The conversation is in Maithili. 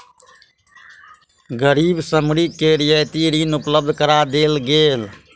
गरीब श्रमिक के रियायती ऋण उपलब्ध करा देल गेल